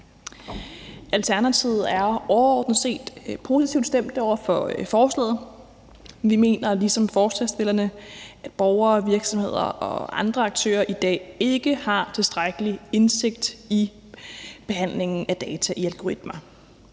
Alternativet er overordnet set positivt stemt over for forslaget. Vi mener ligesom forslagsstillerne, at borgere og virksomheder og andre aktører i dag ikke har tilstrækkelig indsigt i behandlingen af data i algoritmer.